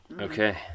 Okay